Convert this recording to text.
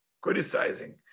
criticizing